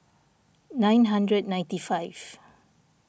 nine hundred ninety five